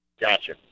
Gotcha